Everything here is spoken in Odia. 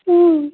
ହୁଁ